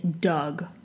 Doug